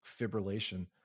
fibrillation